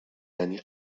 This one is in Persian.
دنی